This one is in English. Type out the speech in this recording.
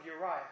Uriah